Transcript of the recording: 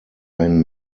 ein